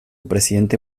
presidente